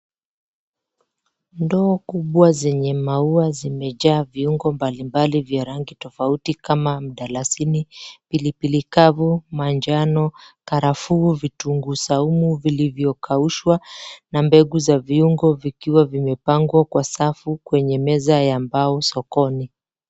Ndoo kubwa zenye maua zimejaa viungo mbalimbali vya rangi tofauti kama mdalasini, pilipili kavu, manjano, karafuu, vitunguu saumu vilivyokaushwa na mbegu za viungo vikiwa vimepangwa kwa safu kwenye meza ya mbao sokoni.